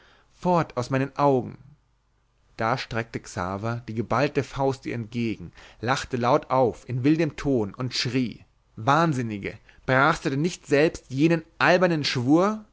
fort aus meinen augen da streckte xaver die geballte faust ihr entgegen lachte laut auf in wildem hohn und schrie wahnsinnige brachst du denn nicht selbst jenen albernen schwur